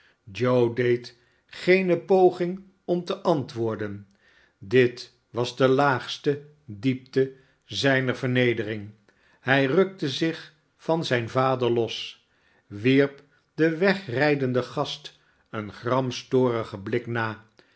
deed geene poging om te antwoorden dit was de laagste diepte zijner vernedering hij rukte zich van zijn vader los wierp den wegrijdenden gast een gramstorigen blik na